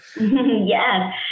Yes